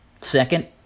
Second